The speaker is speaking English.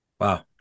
Wow